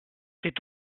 c’est